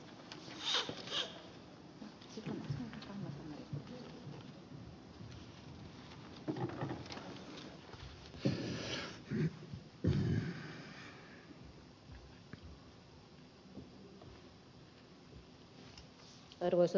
arvoisa puhemies